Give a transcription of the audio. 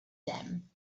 them